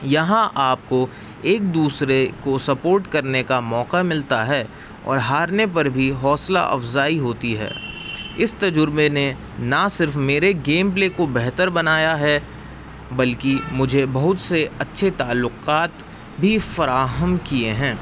یہاں آپ کو ایک دوسرے کو سپورٹ کرنے کا موقع ملتا ہے اور ہارنے پر بھی حوصلہ افزائی ہوتی ہے اس تجربے نے نہ صرف میرے گیم پلے کو بہتر بنایا ہے بلکہ مجھے بہت سے اچھے تعلقات بھی فراہم کیے ہیں